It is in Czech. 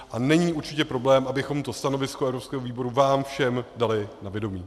A není určitě problém, abychom to stanovisko evropského výboru vám všem dali na vědomí.